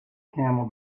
camel